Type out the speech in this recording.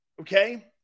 okay